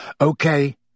Okay